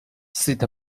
sit